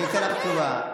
אני אתן לך תשובה.